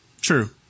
True